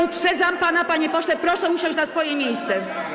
Uprzedzam pana, panie pośle, proszę usiąść na swoje miejsce.